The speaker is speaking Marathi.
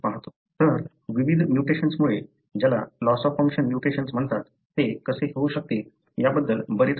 तर म्हणजे विविध म्युटेशन्समुळे ज्याला लॉस ऑफ फंक्शन म्युटेशन्स म्हणतात ते कसे होऊ शकते याबद्दल बरेच काही पाहिले आहे